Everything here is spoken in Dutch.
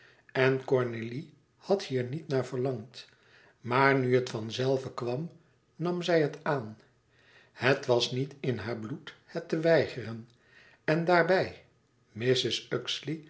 en cornélie had hier niet naar verlangd maar nu het van zelve kwam nam zij het aan het was niet in haar bloed het te weigeren en daarbij